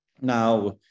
now